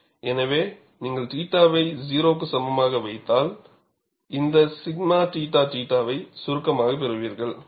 எனவே நீங்கள் θ வை 0 க்கு சமமாக வைத்தால் இந்த δ θθ சுருக்கமாகப் பெறுவீர்கள்